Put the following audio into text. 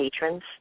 patrons